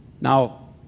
Now